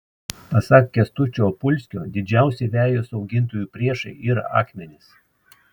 pasak kęstučio opulskio didžiausi vejos augintojų priešai yra akmenys